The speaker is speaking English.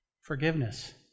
Forgiveness